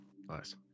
Nice